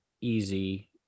easy